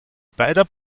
beider